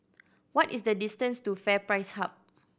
what is the distance to FairPrice Hub